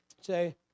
Say